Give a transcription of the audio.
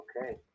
Okay